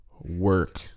work